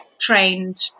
trained